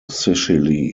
sicily